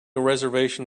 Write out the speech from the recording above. reservation